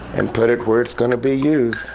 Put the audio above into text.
and put it where it's gonna be used.